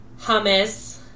hummus